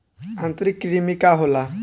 आंतरिक कृमि का होला?